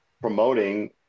promoting